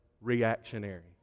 reactionary